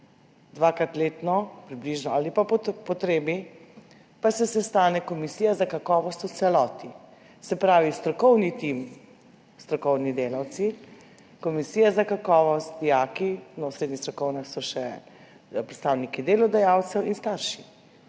dvakrat letno ali pa po potrebi pa se sestane komisija za kakovost v celoti. Se pravi strokovni tim, strokovni delavci, komisija za kakovost, dijaki, v srednjih strokovnih so še predstavniki delodajalcev, in starši.